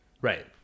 Right